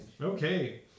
Okay